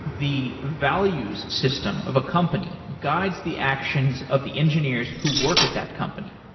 the values system of a company guides the actions of the engineers who work at that company.